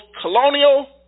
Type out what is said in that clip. colonial